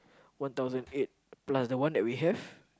one thousand eight plus the one that we have